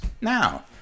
now